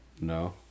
No